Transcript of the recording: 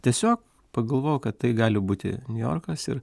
tiesiog pagalvojau kad tai gali būti niujorkas ir